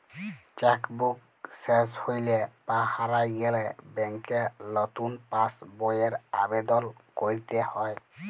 cheque book শেস হৈলে বা হারায় গেলে ব্যাংকে লতুন পাস বইয়ের আবেদল কইরতে হ্যয়